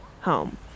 home